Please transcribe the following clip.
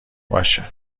باشه